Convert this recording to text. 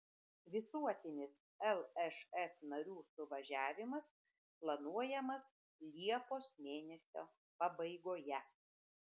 visuotinis lšf narių suvažiavimas planuojamas liepos mėnesio pabaigoje